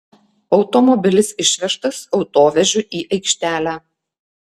automobilis išvežtas autovežiu į aikštelę